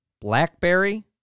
BlackBerry